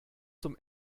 zum